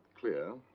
clear.